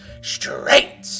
straight